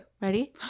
Ready